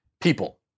People